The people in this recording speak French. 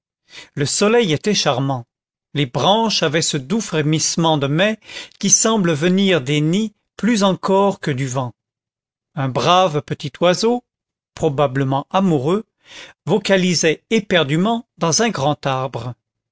le soleil était charmant les branches avaient ce doux frémissement de mai qui semble venir des nids plus encore que du vent un brave petit oiseau probablement amoureux vocalisait éperdument dans un grand arbre